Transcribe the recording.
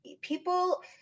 people